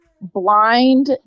blind